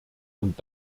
und